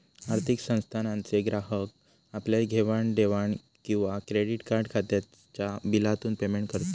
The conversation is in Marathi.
आर्थिक संस्थानांचे ग्राहक आपल्या घेवाण देवाण किंवा क्रेडीट कार्ड खात्याच्या बिलातून पेमेंट करत